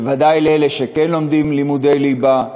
בוודאי לאלה שכן לומדים לימודי ליבה,